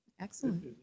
Excellent